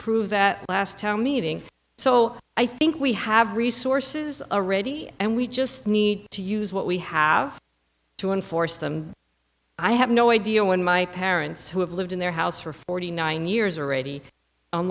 prove that last town meeting so i think we have resources are ready and we just need to use what we have to enforce them i have no idea when my parents who have lived in their house for forty nine years already on